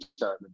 time